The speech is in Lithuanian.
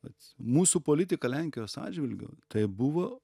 vat mūsų politika lenkijos atžvilgiu tai buvo